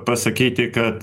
pasakyti kad